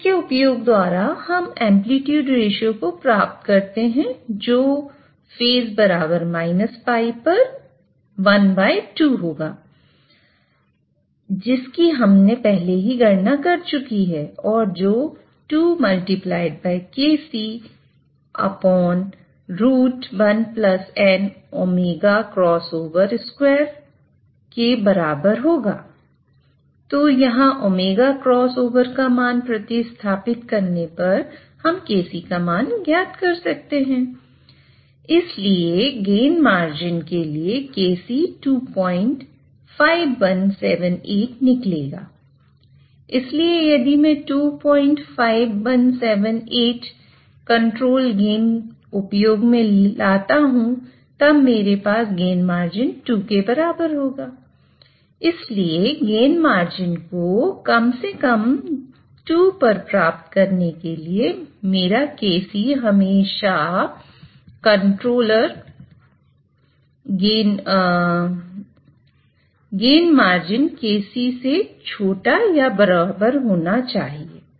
तो इसके उपयोग द्वारा हम एंप्लीट्यूड रेश्यो kc से छोटा या बराबर होना चाहिए